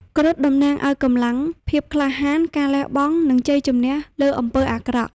គ្រុឌតំណាងឱ្យកម្លាំង ភាពក្លាហាន ការលះបង់ និងជ័យជំនះលើអំពើអាក្រក់។